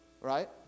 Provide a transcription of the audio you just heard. right